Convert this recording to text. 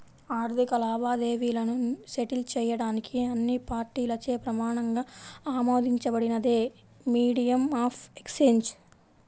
ఆర్థిక లావాదేవీలను సెటిల్ చేయడానికి అన్ని పార్టీలచే ప్రమాణంగా ఆమోదించబడినదే మీడియం ఆఫ్ ఎక్సేంజ్